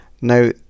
Now